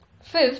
Fifth